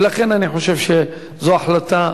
ולכן אני חושב שזו החלטה,